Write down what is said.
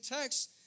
text